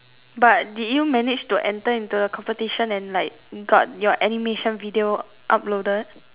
but did you manage to enter into the competition and like got your animation video uploaded